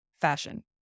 fashion